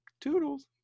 Toodles